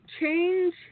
change